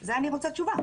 על זה אני רוצה תשובה.